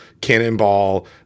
cannonball